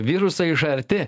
virusą iš arti